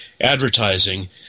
advertising